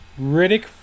Riddick